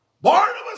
Barnabas